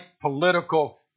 political